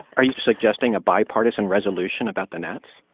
are you suggesting a bipartisan resolution about the nats?